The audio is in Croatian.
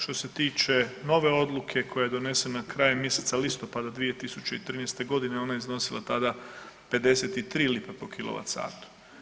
Što se tiče nove odluke koja je donesena krajem mjeseca listopada 2013. g., ona je iznosila tada 53 lipe po kilovat satu.